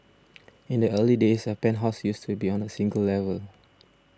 in the early days a penthouse used to be on a single level